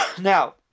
Now